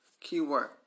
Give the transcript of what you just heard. Keyword